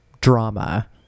drama